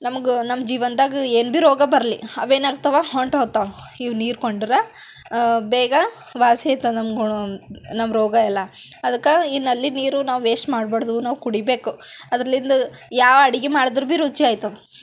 ನಮಗೆ ನಮ್ಮ ಜೀವನದಾಗ ಏನು ಭಿ ಬರಲಿ ಅವೇನಾಗ್ತವೆ ಹೊಂಟು ಹೋತ್ತಾವ ಇವು ನೀರು ಕೊಂಡ್ರೆ ಬೇಗ ವಾಸಿ ಆಯ್ತದೆ ನಮ್ಮ ಗು ನಮ್ಮ ರೋಗ ಎಲ್ಲ ಅದ್ಕೆ ಈ ನಲ್ಲಿ ನೀರು ನಾವು ವೇಸ್ಟ್ ಮಾಡ್ಬಾಡ್ದು ನಾವು ಕುಡೀಬೇಕು ಅದ್ರಲಿಂದ ಯಾವ ಅಡಿಗೆ ಮಾಡಿದ್ರು ಭಿ ರುಚಿ ಆಯ್ತದೆ